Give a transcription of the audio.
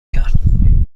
کرد